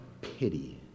pity